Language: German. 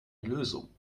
lösung